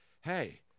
hey –